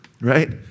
right